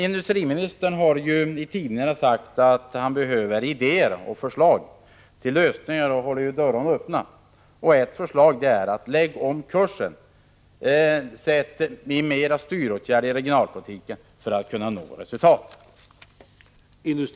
Industriministern har i tidningarna sagt att han behöver idéer och förslag till lösningar och håller dörrarna öppna. Ett förslag är: Lägg om kursen. Sätt in mer styråtgärder inom regionalpolitiken för att nå resultat.